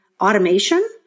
automation